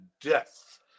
death